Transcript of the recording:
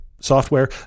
software